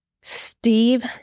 Steve